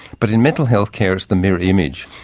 but in mental health care it's the mirror image,